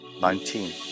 Nineteen